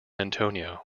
antonio